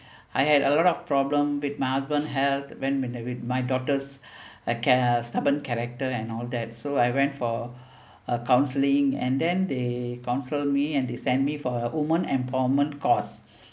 I had a lot of problem with my husband help when with my daughters uh stubborn character and all that so I went for a counselling and then they counsel me and they send me for women empowerment course